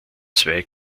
zwei